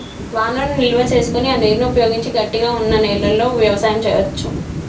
వానను నిల్వ చేసుకొని ఆ నీరును ఉపయోగించి గట్టిగ వున్నా నెలలో వ్యవసాయం చెయ్యవచు